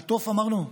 בטוף אמרנו?